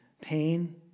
pain